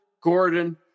Gordon